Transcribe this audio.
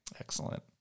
Excellent